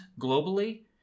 globally